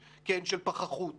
יש הרבה מאוד דברים.